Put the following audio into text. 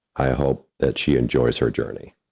i hope that she enjoys her journey.